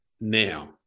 now